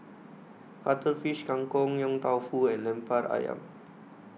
Cuttlefish Kang Kong Yong Tau Foo and Lemper Ayam